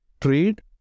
trade